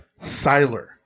Siler